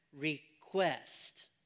request